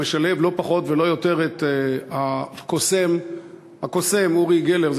ומשלב לא פחות ולא יותר את הקוסם אורי גלר,